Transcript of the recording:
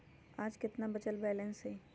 आज केतना बचल बैलेंस हई?